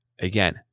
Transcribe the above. Again